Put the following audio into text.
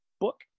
book